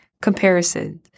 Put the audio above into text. comparison